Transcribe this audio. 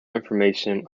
information